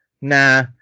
nah